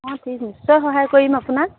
অঁ ঠিক নিশ্চয় সহায় কৰিম আপোনাক